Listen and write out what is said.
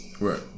right